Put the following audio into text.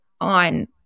on